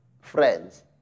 friends